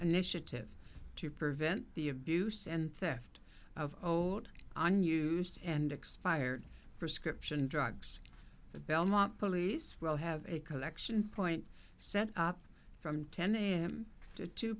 initiative to prevent the abuse and theft of oh on used and expired prescription drugs the belmont police will have a collection point set up from ten am to two